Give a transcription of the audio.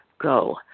go